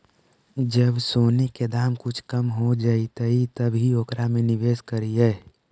जब सोने के दाम कुछ कम हो जइतइ तब ही ओकरा में निवेश करियह